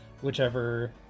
whichever